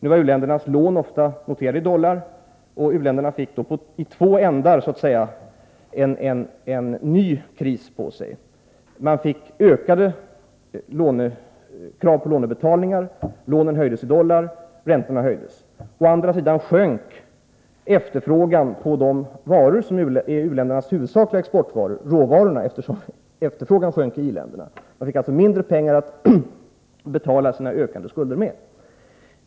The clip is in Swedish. U-ländernas lån var ofta noterade i dollar, och u-länderna hamnade på två sätt i en ny kris. De fick utökade krav på lånebetalningar genom att kostnaden för dollarlånen ökade och genom att räntorna höjdes. Dessutom sjönk efterfrågan på de varor som är u-ländernas huvudsakliga exportprodukter, råvarorna, eftersom i-ländernas efterfrågan sjönk. U-länderna fick alltså mindre pengar att betala sina ökande skulder med.